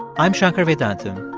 i'm shankar vedantam,